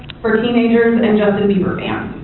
for teenagers and justin bieber fans.